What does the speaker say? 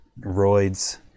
roids